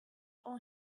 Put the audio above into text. all